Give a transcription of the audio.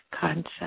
concept